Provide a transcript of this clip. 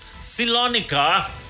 silonica